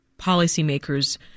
policymakers